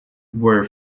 were